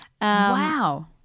Wow